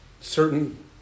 certain